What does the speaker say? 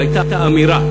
והייתה אמירה,